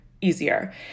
easier